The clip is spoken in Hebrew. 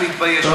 אני מתבייש,